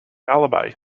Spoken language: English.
alibi